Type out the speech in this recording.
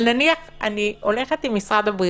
אני הולכת עם משרד הבריאות,